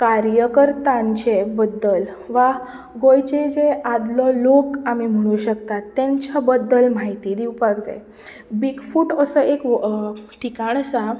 कार्यकर्तांचे बद्दल वा गोंयचे जे आदलो लोक आमी म्हणूंक शकतात तेंच्या बद्दल म्हायती दिवपाक जाय बिग फूट असो एक ठिकाण आसा